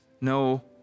no